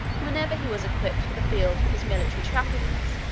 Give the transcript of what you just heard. whenever he was equipped for the field with his military trappings,